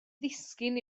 ddisgyn